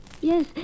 Yes